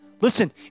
Listen